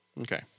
Okay